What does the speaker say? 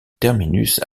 terminus